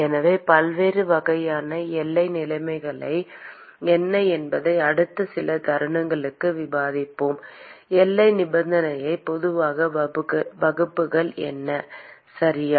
எனவே பல்வேறு வகையான எல்லை நிலைமைகள் என்ன என்பதை அடுத்த சில தருணங்களுக்கு விவாதிப்போம் எல்லை நிபந்தனையின் பொதுவான வகுப்புகள் என்ன சரியா